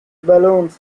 balloons